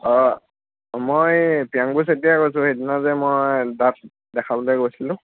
অঁ মই প্ৰিয়াংকু চেতিয়াই কৈছোঁ সেইদিনা যে মই দাঁত দেখাবলৈ গৈছিলোঁ